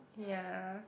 ya